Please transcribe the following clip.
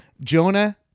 Jonah